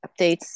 updates